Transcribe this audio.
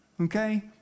okay